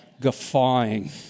guffawing